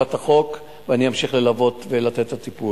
אכיפת החוק, ואני אמשיך ללוות ולתת את הטיפול.